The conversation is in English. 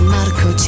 Marco